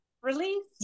Release